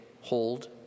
hold